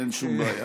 אין שום בעיה.